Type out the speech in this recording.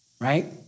right